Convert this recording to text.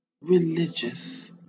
religious